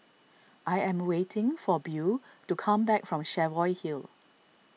I am waiting for Beau to come back from Cheviot Hill